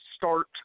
start